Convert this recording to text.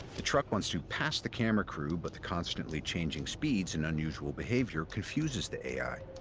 the truck wants to pass the camera crew, but the constantly changing speeds and unusual behavior confuses the ai.